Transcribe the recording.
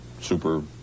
super